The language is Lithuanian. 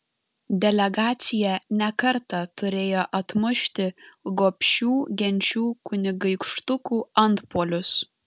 delegacija ne kartą turėjo atmušti gobšių genčių kunigaikštukų antpuolius